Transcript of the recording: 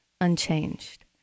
unchanged